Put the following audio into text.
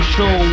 Show